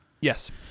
yes